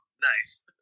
Nice